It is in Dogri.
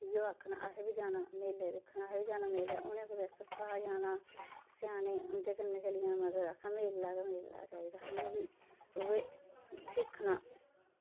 इयो आक्खना असें बी जाना मेले दिक्खन असें बी दाना मेलै उनैं कुदै सप्ताह् जाना स्याने उंदै कन्नै चली जाना मगर आखना मेला गै मेला चाही दा उऐ दिक्खना